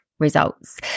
results